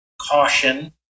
caution